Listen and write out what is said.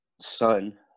son